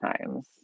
times